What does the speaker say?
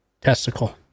testicle